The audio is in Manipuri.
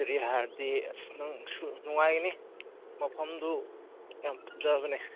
ꯀꯔꯤ ꯍꯥꯏꯔꯗꯤ ꯑꯁ ꯅꯪꯁꯨ ꯅꯨꯡꯉꯥꯏꯒꯅꯤ ꯃꯐꯝꯗꯨ ꯌꯥꯝ ꯐꯖꯕꯅꯦ